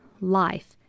Life